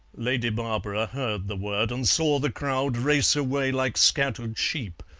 lady barbara heard the word and saw the crowd race away like scattered sheep,